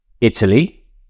Italy